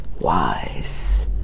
wise